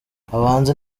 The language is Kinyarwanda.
abahanzi